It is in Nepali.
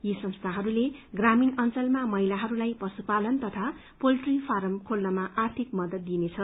यो संस्थाहरूले ग्रामीण अंचलमा महिलाहरूलाई पशुपालन तथा पोल्ट्री फारम खोल्नमा आर्थिक मदत दिइनेछ